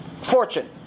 fortune